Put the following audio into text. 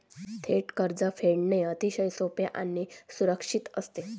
थेट कर्ज फेडणे अतिशय सोपे आणि सुरक्षित असते